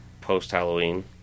Post-Halloween